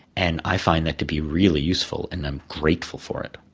and i find that to be really useful and i'm grateful for it.